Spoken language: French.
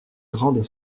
grande